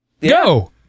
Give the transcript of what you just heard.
go